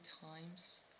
times